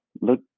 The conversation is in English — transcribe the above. look